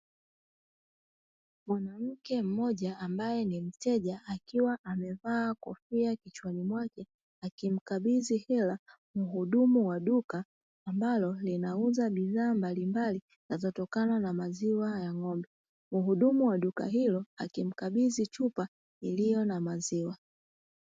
Mwanamke mmoja ambaye ni mteja akiwa amevaa kofia kichwani mwake akimkabidhi hela muhudumu wa duka ambalo linauza bidhaa mbalimbali zinazotokana na maziwa ya ng'ombe, muhudumu wa duka hilo akimkabidhi chupa iliyo na maziwa.